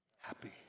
happy